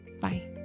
Bye